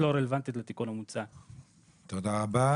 כי לדעתנו עצם זה שחלק מההסתדרויות